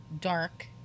dark